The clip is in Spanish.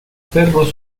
perros